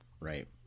Right